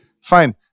Fine